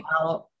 out